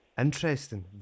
Interesting